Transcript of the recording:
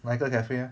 哪一个 cafe leh